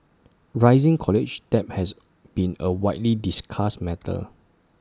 rising college debt has been A widely discussed matter